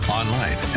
online